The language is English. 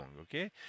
Okay